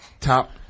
Top